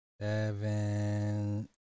seven